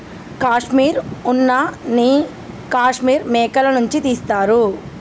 కాశ్మీర్ ఉన్న నీ కాశ్మీర్ మేకల నుంచి తీస్తారు